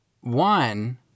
One